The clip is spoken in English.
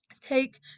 take